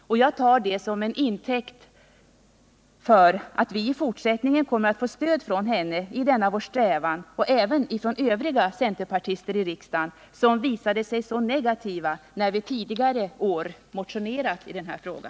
Jag tar det som intäkt för att vi i fortsättningen kommer att få stöd från henne i denna vår strävan och även från övriga centerpartister i riksdagen som visade sig så negativa när vi tidigare i år motionerade i denna fråga.